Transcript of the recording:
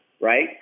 right